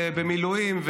במילואים.